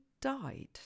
died